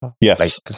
Yes